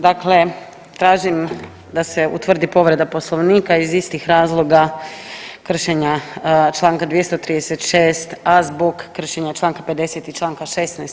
Dakle, tražim da se utvrdi povreda Poslovnika iz istih razloga kršenja Članka 236., a zbog kršenja Članka 50. i Članka 16.